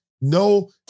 no